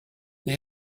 they